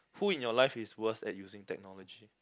who in your life is worse at using technology